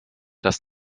das